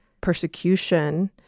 persecution